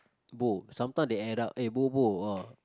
bo sometime they add up eh bobo ah